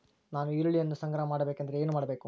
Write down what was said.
ನಾನು ಈರುಳ್ಳಿಯನ್ನು ಸಂಗ್ರಹ ಮಾಡಬೇಕೆಂದರೆ ಏನು ಮಾಡಬೇಕು?